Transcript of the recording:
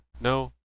No